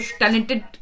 talented